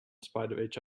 spite